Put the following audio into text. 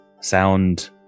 Sound